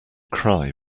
cry